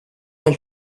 the